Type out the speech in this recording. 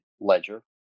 ledger